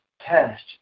test